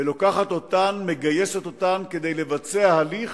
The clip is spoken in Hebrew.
ולוקחת אותן ומגייסת אותן כדי לבצע הליך,